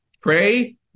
pray